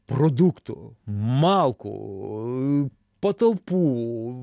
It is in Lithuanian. produktų malkų patalpų